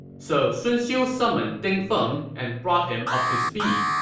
so sun xiu summoned ding feng and brought him up to speed.